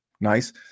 Nice